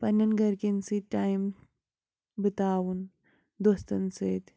پنٛنٮ۪ن گَرِکٮ۪ن سۭتۍ ٹایِم بِتاوُن دوستَن سۭتۍ